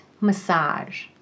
Massage